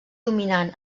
dominant